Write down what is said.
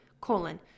colon